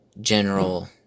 general